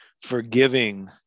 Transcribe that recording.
Forgiving